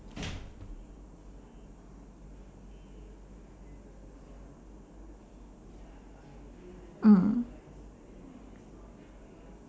mm